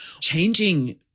changing